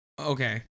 Okay